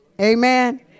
Amen